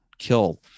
kill